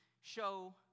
show